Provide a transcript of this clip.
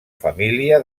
família